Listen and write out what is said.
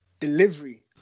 Delivery